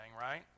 right